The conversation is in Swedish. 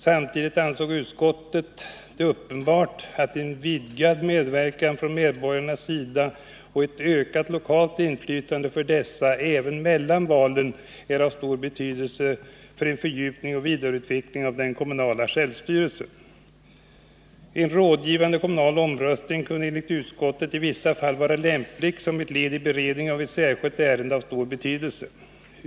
Samtidigt ansåg utskottet det uppenbart att en vidgad medverkan från medborgarnas sida och ett ökat lokalt inflytande för dessa även mellan valen är av stor betydelse för en fördjupning och vidareutveckling av den kommunala självstyrelsen. En rådgivande kommunal omröstning kunde enligt utskottet i vissa fall vara lämplig som ett led i beredningen av ett särskilt ärende av stor betydelse.